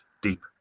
deep